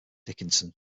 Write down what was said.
dickinson